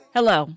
Hello